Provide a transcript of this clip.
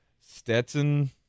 Stetson